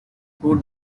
who